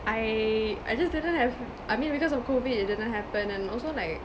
I I just didn't have I mean because of COVID it didn't happen and also like